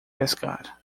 pescar